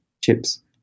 chips